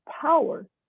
power